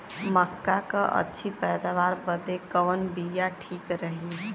मक्का क अच्छी पैदावार बदे कवन बिया ठीक रही?